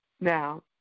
now